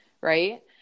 right